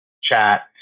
chat